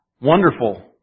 Wonderful